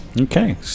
Okay